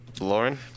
Lauren